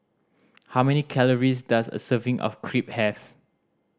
how many calories does a serving of Crepe have